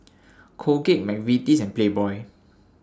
Colgate Mcvitie's and Playboy